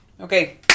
Okay